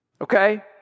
Okay